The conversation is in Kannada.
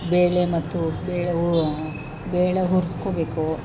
ಬೇಳೆ ಮತ್ತು ಬೇಳೆ ಹು ಬೇಳೆ ಹುರ್ಕೊಳ್ಬೇಕು